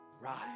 rise